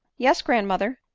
yes, grandmother,